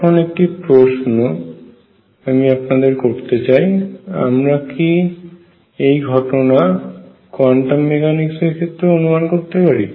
এখন একটি প্রশ্ন আমি আপনাদের করতে চাই আমরা কি এই একই ঘটনা কোয়ান্টাম মেকানিক্স এর ক্ষেত্রেও অনুমান করতে পারি